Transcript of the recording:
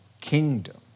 kingdom